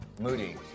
Moody